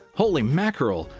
holy mackerel!